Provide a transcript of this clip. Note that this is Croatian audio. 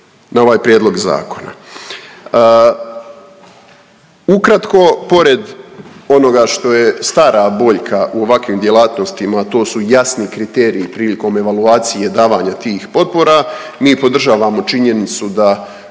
na ovaj prijedlog zakona. Ukratko, pored onoga što je stara boljka u ovakvim djelatnostima, a to su jasni kriteriji prilikom evaluacije davanja tih potpora, mi podržavamo činjenicu da